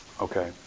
okay